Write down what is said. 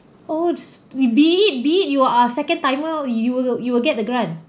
oh just you be it be it you're second timer you will you will get the grant